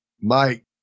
Mike